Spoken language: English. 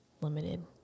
limited